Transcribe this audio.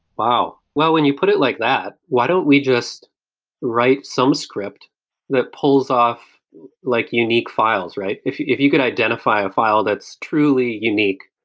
wow. well, when you put it like that, why don't we just write some script that pulls off like unique unique files, right? if you if you could identify a file that's truly unique,